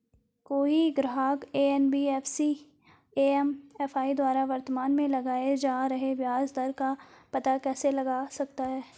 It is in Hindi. कोई ग्राहक एन.बी.एफ.सी एम.एफ.आई द्वारा वर्तमान में लगाए जा रहे ब्याज दर का पता कैसे लगा सकता है?